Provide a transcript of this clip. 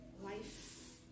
life